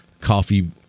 coffee